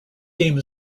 game